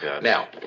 Now